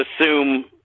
assume